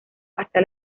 hasta